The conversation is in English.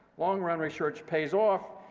long-run research pays off,